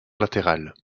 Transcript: latéral